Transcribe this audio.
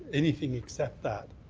anything except that,